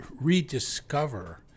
rediscover